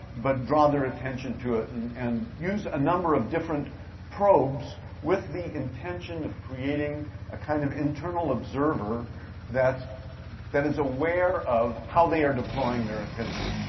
but draw their attention to it and and use a number of different probes with the intention of creating a kind of internal observer that that is aware of how they are deploying their attention.